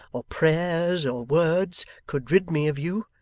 or prayers, or words, could rid me of you,